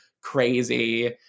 crazy